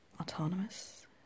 Autonomous